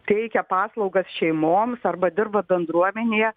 teikia paslaugas šeimoms arba dirba bendruomenėje